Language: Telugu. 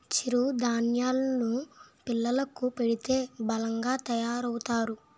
చిరు ధాన్యేలు ను పిల్లలకు పెడితే బలంగా తయారవుతారు